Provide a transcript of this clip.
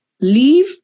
leave